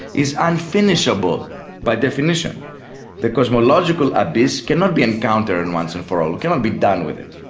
is unfinishable by definition the cosmological abyss cannot be encountered and once and for all, we cannot be done with it.